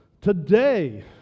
Today